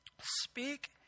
speak